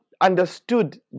understood